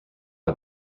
are